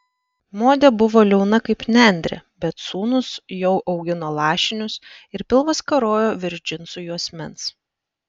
modė buvo liauna kaip nendrė bet sūnus jau augino lašinius ir pilvas karojo virš džinsų juosmens